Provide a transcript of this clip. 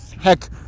Heck